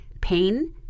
pain